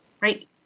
right